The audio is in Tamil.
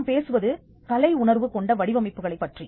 நாம் பேசுவது கலை உணர்வு கொண்ட வடிவமைப்புகளைப் பற்றி